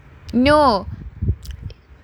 no